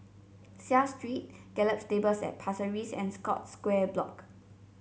Seah Street Gallop Stables at Pasir Ris and Scotts Square Block